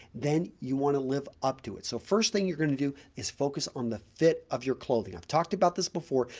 then you want to live up to it. so, first thing you're going to do is focus on the fit of your clothing. i've talked about this before,